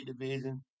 Division